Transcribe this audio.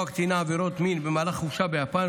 הקטינה עבירות מין במהלך חופשה ביפן,